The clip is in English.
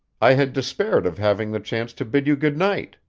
i had despaired of having the chance to bid you good night.